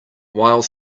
while